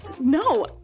no